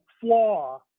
flaw